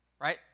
right